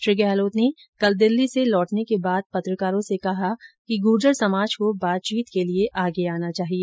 श्री गहलोत ने कल दिल्ली से लौटने के बाद पत्रकारों से कहा कि गुर्जर समाज को बातचीत के लिये आगे आना चाहिए